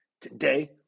Today